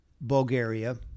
bulgaria